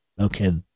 okay